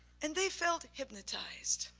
and they felt hypnotized.